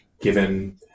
given